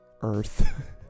Earth